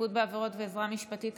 שיפוט בעבירות ועזרה משפטית),